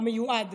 המיועד,